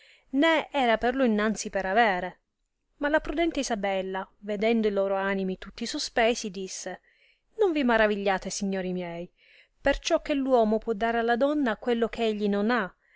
né era per lo innanzi per avere ma la prudente isabella vedendo i loro animi tutti sospesi disse non vi maravigliate signori miei perciò che l uomo può dare alla donna quello che egli non ha